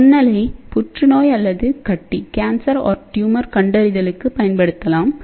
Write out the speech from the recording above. நுண்ணலை புற்றுநோய் அல்லது கட்டி கண்டறிதலுக்குப் பயன்படுத்தலாம்